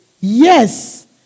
yes